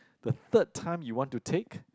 the third time you want to take